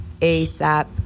ASAP